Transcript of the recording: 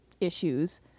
issues